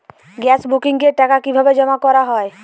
Gas বুকিংয়ের টাকা কিভাবে জমা করা হয়?